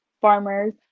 farmers